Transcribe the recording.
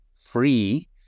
free